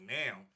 now